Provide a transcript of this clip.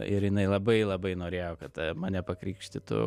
ir jinai labai labai norėjo kad mane pakrikštytų